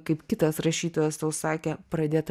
kaip kitas rašytojas sakė pradėt